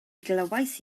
glywais